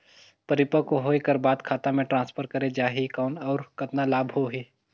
परिपक्व होय कर बाद खाता मे ट्रांसफर करे जा ही कौन और कतना लाभ होही?